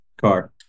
car